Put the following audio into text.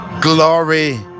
glory